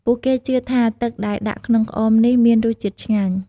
ពួកគេជឿថាទឹកដែលដាក់ក្នុងក្អមនេះមានរសជាតិឆ្ងាញ់។